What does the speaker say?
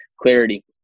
clarity